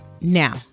Now